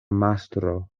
mastro